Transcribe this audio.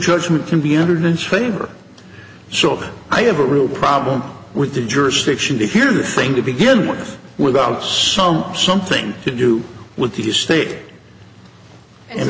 judgement can be under dense favor so i have a real problem with the jurisdiction to hear this thing to begin with without some something to do with the state and